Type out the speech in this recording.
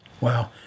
Wow